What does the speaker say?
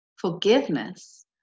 Forgiveness